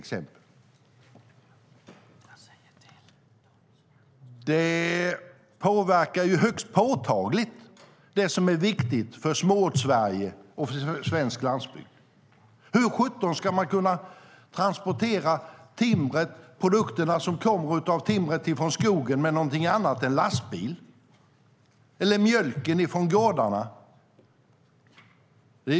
Det påverkar ju högst påtagligt det som är viktigt för Småortssverige och för svensk landsbygd. Hur sjutton ska man kunna transportera timmer och de produkter som kommer från timret i skogen med någonting annat än lastbil? Eller hur ska mjölken från gårdarna transporteras?